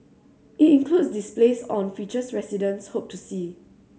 it includes displays on features residents hope to see